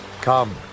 Come